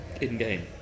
in-game